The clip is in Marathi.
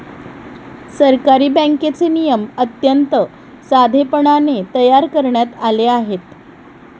सहकारी बँकेचे नियम अत्यंत साधेपणाने तयार करण्यात आले आहेत